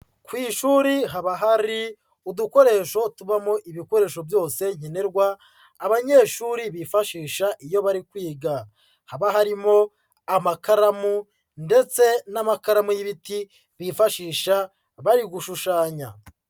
Ku ishuri haba hari udukoresho tubamo ibikoresho byose nkenerwa, abanyeshuri bifashisha iyo bari kwiga. Haba harimo amakaramu ndetse n'amakaramu y'ibiti bifashisha bari gushushanya.